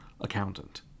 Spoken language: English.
accountant